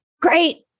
great